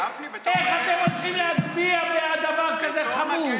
איך אתם הולכים להצביע בעד דבר כזה חמור?